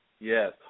yes